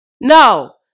No